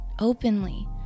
openly